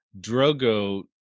Drogo